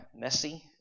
messy